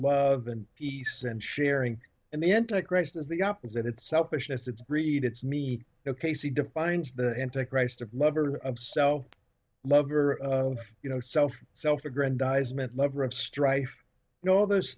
love and peace and sharing and the anti christ is the opposite it's selfishness it's greed it's me ok so he defines the anti christ a lover of self love or you know self self aggrandizement lover of strife and all those